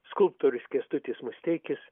skulptorius kęstutis musteikis